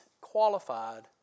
qualified